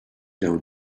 down